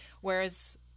whereas